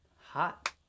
Hot